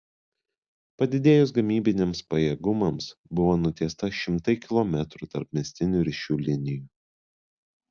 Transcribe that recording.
padidėjus gamybiniams pajėgumams buvo nutiesta šimtai kilometrų tarpmiestinių ryšių linijų